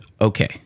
okay